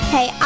Hey